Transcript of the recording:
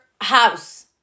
house